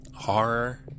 horror